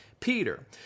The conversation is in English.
Peter